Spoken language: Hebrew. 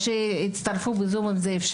האם הם נמצאים בזום?